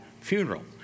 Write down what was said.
funeral